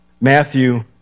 Matthew